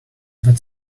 that